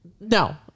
No